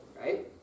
right